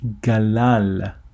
Galal